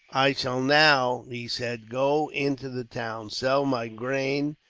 i shall now, he said, go into the town, sell my grain,